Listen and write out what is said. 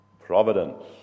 Providence